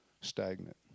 stagnant